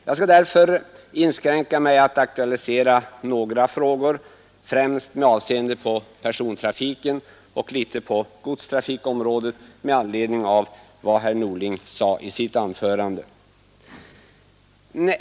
Jag skall därför inskränka mig till att aktualisera några frågor, främst med avseende på persontrafiken men också litet med avseende på godstrafikområdet med anledning av vad herr Norling sade i sitt anförande.